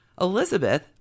Elizabeth